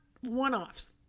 one-offs